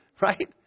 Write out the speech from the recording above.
right